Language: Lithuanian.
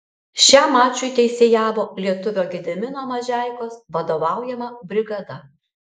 šiam mačui teisėjavo lietuvio gedimino mažeikos vadovaujama brigada